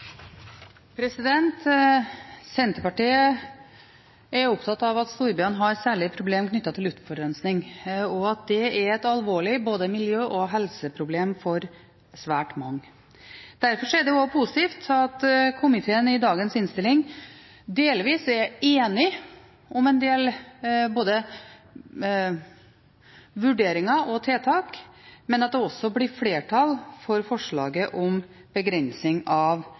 Senterpartiet er opptatt av at storbyene har særlige problemer knyttet til luftforurensning, og at det er et alvorlig miljø- og helseproblem for svært mange. Derfor er det positivt at komiteen i dagens innstilling delvis er enig om en del vurderinger og tiltak, at det blir flertall for forslaget om begrensing av